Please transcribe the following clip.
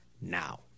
now